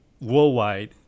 worldwide